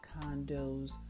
condos